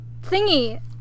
thingy